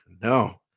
no